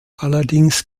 allerdings